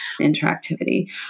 interactivity